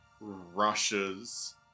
rushes